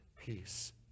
Peace